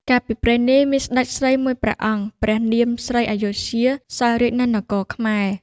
កាលពីព្រេងនាយ មានសេ្តចស្រីមួយព្រះអង្គព្រះនាម ស្រីអយុធ្យា សោយរាជ្យនៅនគរខែ្មរ។